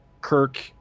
Kirk